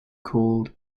called